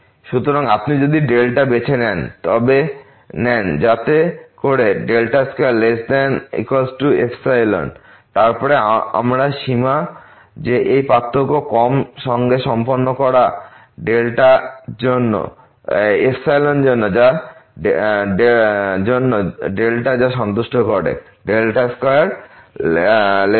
সুতরাং আপনি যদি বেছে নেন জতে করে 2≤ε তারপর আমরা সীমা যে এই পার্থক্যকম সঙ্গে সম্পন্ন করা জন্য যা সন্তুষ্ট করে 2≤ε